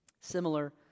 Similar